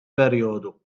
perjodu